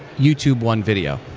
youtube won video.